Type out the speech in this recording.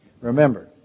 Remember